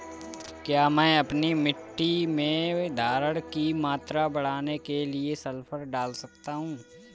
क्या मैं अपनी मिट्टी में धारण की मात्रा बढ़ाने के लिए सल्फर डाल सकता हूँ?